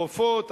הרופאות,